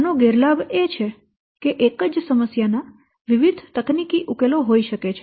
આનો ગેરલાભ એ છે કે એક જ સમસ્યા ના વિવિધ તકનીકી ઉકેલો હોઈ શકે છે